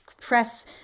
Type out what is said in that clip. press